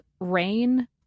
rain